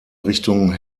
richtung